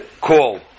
call